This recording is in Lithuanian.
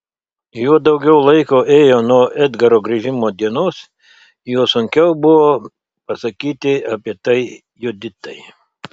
juo daugiau laiko ėjo nuo edgaro grįžimo dienos juo sunkiau buvo pasakyti apie tai juditai